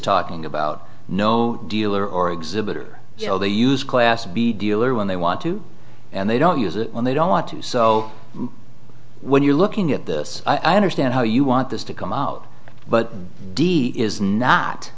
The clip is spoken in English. talking about no dealer or exhibitor you know they use class b dealer when they want to and they don't use it and they don't want to so when you're looking at this i understand how you want this to come out but d d is not